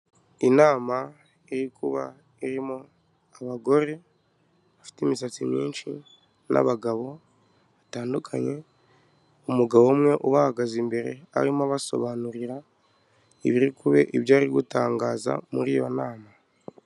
Inama iri kuba irimo abagore bafite imisatsi myinshi n'abagabo batandukanye. Umugabo umwe ubahagaze imbere arimo abasobanurira ibiri kuba, ibyo bari gutangaza muri iyo nama.